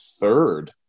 third